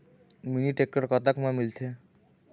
Mini tractor कतक म मिलथे?